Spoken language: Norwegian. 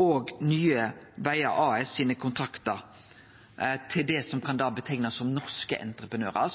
og Nye Vegar AS sine kontraktar til det som kan definerast som norske entreprenørar.